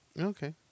Okay